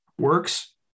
works